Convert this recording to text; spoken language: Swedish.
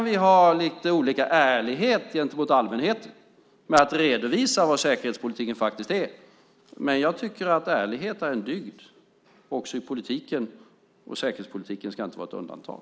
Vi kan ha olika ärlighet gentemot allmänheten när vi redovisar vad säkerhetspolitiken faktiskt är, men jag tycker att ärlighet är en dygd också i politiken; säkerhetspolitiken ska inte vara ett undantag.